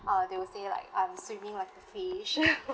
uh they will say like I'm swimming like a fish